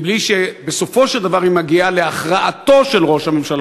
בלי שבסופו של דבר היא מגיעה להכרעתו של ראש הממשלה,